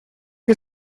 que